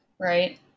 Right